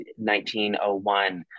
1901